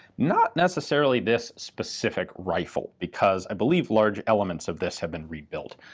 not necessarily this specific rifle, because i believe large elements of this have been rebuilt.